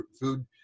food